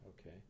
Okay